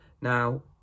Now